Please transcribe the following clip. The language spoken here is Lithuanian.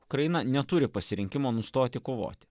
ukraina neturi pasirinkimo nustoti kovoti